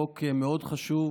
חוק מאוד חשוב